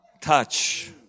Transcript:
touch